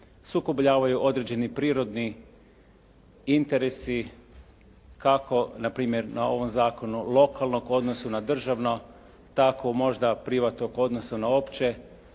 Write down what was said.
sukobljavaju određeni prirodni interesi kako na primjer na ovom zakonu lokalnog u odnosu na državno tako možda privatnog odnosa na opće